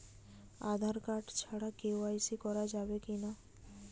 Aadhaar card ছাড়া কে.ওয়াই.সি করা যাবে কি না?